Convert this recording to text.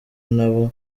n’abo